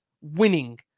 winning